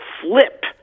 flip